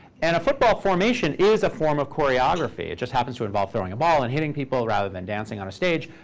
and a football formation is a form of choreography. it just happens to involve throwing a ball and hitting people, rather than dancing on a stage.